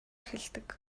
эхэлдэг